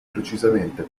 precisamente